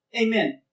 Amen